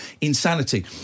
Insanity